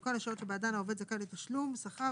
בחלוקה לשעות שבעדן העובד זכאי לתשלום שכר,